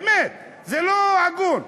באמת, זה לא הגון.